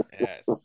Yes